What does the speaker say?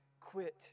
quit